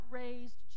raised